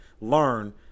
Learn